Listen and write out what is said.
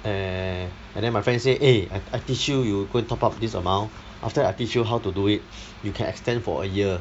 eh and then my friend say eh I I teach you you go and top up this amount after that I teach you how to do it you can extend for a year